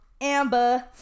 Amber